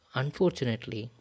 unfortunately